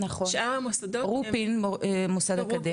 שאר המוסדות -- רופין מוסד אקדמי.